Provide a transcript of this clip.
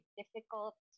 difficult